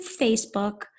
Facebook